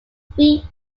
three